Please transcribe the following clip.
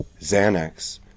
xanax